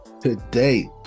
today